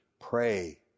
Pray